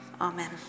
Amen